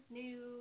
new